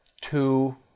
two